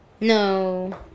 No